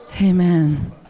amen